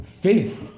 faith